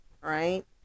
right